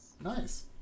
nice